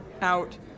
out